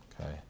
okay